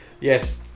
yes